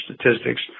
statistics